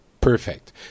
perfect